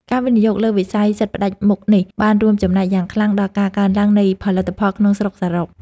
ការវិនិយោគលើវិស័យសិទ្ធិផ្តាច់មុខនេះបានរួមចំណែកយ៉ាងខ្លាំងដល់ការកើនឡើងនៃផលិតផលក្នុងស្រុកសរុប។